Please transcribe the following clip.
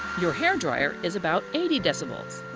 your hair dryer is about eighty decibels.